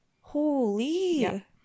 Holy